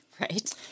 Right